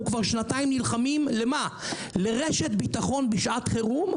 אנחנו כבר שנתיים נלחמים על קבלת רשת ביטחון בשעת חירום,